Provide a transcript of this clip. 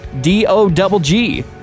D-O-double-G